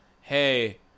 hey